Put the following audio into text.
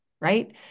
right